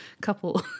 couple